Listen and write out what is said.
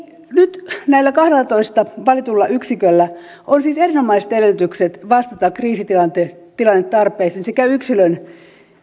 nyt näillä kahdellatoista valitulla yksiköllä on siis erinomaiset edellytykset vastata kriisitilannetarpeeseen sekä yksilön